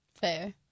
Fair